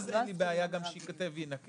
ואז אין לי בעיה גם שייכתב "וינכה".